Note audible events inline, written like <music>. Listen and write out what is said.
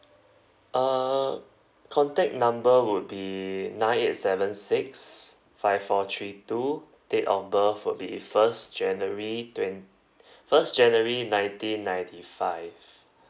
err contact number would be nine eight seven six five four three two date of birth would be first january twent~ <breath> first january nineteen ninety five